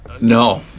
no